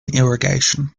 irrigation